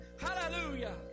Hallelujah